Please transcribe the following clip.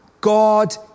God